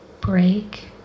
break